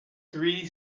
three